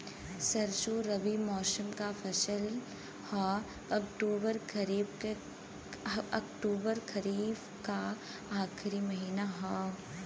सरसो रबी मौसम क फसल हव अक्टूबर खरीफ क आखिर महीना हव